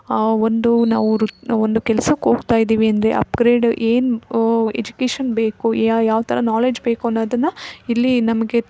ಒಂದು ನಾವು ವೃ ಒಂದು ಕೆಲ್ಸಕ್ಕೆ ಹೋಗ್ತಾ ಇದ್ದೀವಿ ಅಂದರೆ ಅಪ್ಗ್ರೇಡ್ ಏನು ಓ ಎಜುಕೇಶನ್ ಬೇಕೋ ಯಾವ ಥರ ನೊಲೆಜ್ ಬೇಕೋ ಅನ್ನೋದನ್ನ ಇಲ್ಲಿ ನಮಗೆ